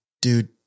dude